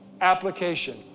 application